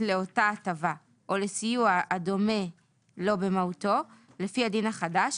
לאותה הטבה או לסיוע הדומה לו במהותו לפי הדין החדש,